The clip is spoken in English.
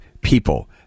people